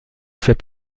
fait